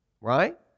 right